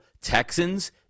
Texans